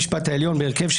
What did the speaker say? הדבר הזה,